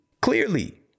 Clearly